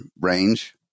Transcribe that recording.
range